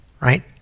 right